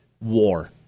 war